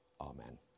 Amen